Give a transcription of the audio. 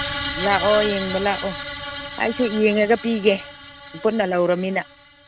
ꯂꯥꯛꯑꯣ ꯌꯦꯡꯕ ꯂꯥꯛꯑꯣ ꯑꯩꯁꯨ ꯌꯦꯡꯉꯒ ꯄꯤꯒꯦ ꯄꯨꯟꯅ ꯂꯧꯔꯃꯤꯅ